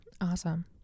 Awesome